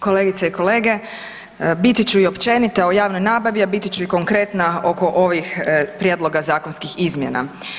Kolegice i kolege, biti ću i općenita o javnoj nabavi, a biti ću konkretna oko ovih prijedloga zakonskih izmjena.